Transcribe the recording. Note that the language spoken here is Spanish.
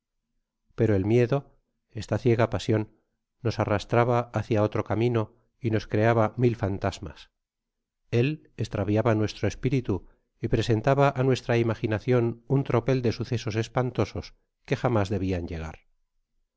pero el miedo esta ciega pasion nos arrastraba hacia otro camino y nos creaba mil fantasmas él estraviaba nuestro espiritu y presentaba á nuestra imaginacion un tropel de sucesos espantosos que jamás debian llegar